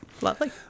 Lovely